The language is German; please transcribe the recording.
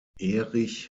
erich